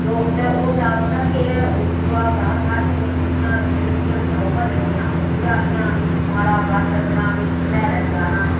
लोक ते ओह्दा पता केह् ऐ ओह् होंदा हा साड़ियें दियां गुलियां रक्खी दियां होंदियां हियां ओह् भन्ननियां ओह् सुझानियां फ्ही सुआरा दा बरत रक्खना फ्ही पनैरै'र जाना